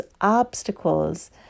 obstacles